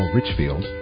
Richfield